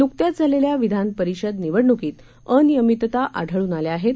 नुकत्याचझालेल्याविधानपरिषदनिवडणुकीतअनियमितताआढळूनआल्याआहेत